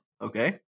Okay